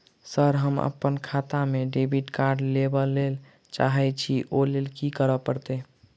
Sir हम अप्पन खाता मे डेबिट कार्ड लेबलेल चाहे छी ओई लेल की परतै?